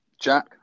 Jack